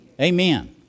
Amen